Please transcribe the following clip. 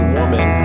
woman